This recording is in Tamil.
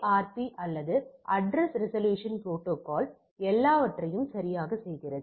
ARP அல்லது அட்ரஸ் ரெசல்யூசன் புரோட்டோகால் எல்லாவற்றையும் சரியாகச் செய்கிறது